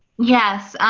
yes.